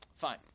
Fine